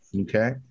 Okay